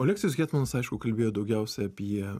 oleksijus hetmanas aišku kalbėjo daugiausia apie